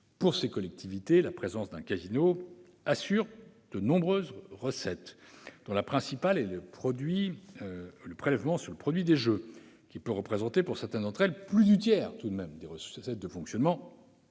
Pour ces collectivités, la présence d'un casino assure des recettes nombreuses, la principale étant le prélèvement sur le produit des jeux, qui peut représenter, pour certaines d'entre elles, plus du tiers des recettes de fonctionnement.